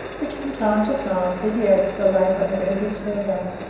which from time to time vitiates the labour of every surveyor,